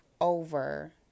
over